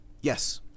yes